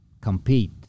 compete